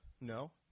No